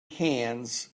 hands